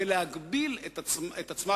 ולהגביל את עצמה,